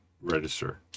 register